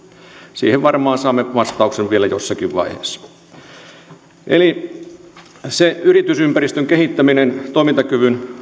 siihen varmaan saamme vastauksen vielä jossakin vaiheessa yritysympäristön kehittäminen toimintakyvyn